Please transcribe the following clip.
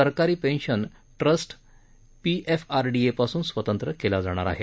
सरकारी pension trust पीएफआरडीएपासून स्वतंत्र केला जाणार आहे